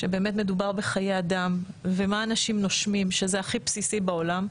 שמדובר בחיי אדם ומה שאנשים נושמים שזה הכי בסיסי בעולם,